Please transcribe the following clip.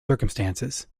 circumstances